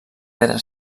pedra